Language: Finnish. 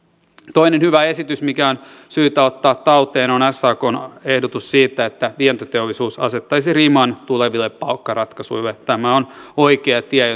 toinen hyvä esitys mikä on syytä ottaa talteen on sakn ehdotus siitä että vientiteollisuus asettaisi riman tuleville palkkaratkaisuille tämä on oikea tie